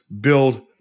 build